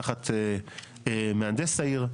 תחת מהנדס העיר.